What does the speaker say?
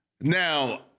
now